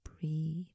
breathe